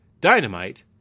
Dynamite